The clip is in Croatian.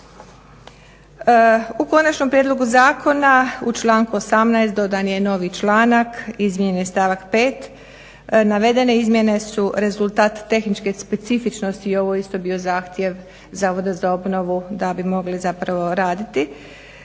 U konačnom prijedlogu zakona u članku 18. dodan je novi članak, izmijenjen je stavak 5. Navedene izmjene su rezultat tehničke specifičnosti. Ovo je isto bio zahtjev Zavoda za obnovu da bi mogli zapravo raditi.